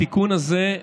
התיקון הזה,